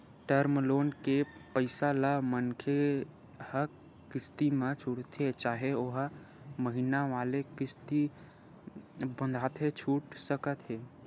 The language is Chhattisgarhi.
टर्म लोन के पइसा ल मनखे ह किस्ती म छूटथे चाहे ओहा महिना वाले किस्ती बंधाके छूट सकत हे